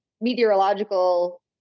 meteorological